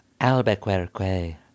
Albuquerque